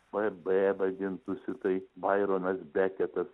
b b vadintųsi tai baironas beketas